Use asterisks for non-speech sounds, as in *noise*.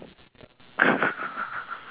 *laughs*